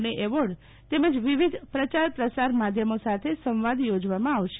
ને એવોર્ડ તેમજ વિવિધ પ્રયાર પ્રસાર માધ્યમો સાથે સંવાદ થોજવામાં આવશે